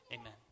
Amen